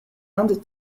inde